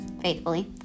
Faithfully